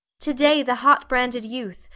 today the hot-branded youth,